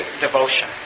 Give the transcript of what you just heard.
devotion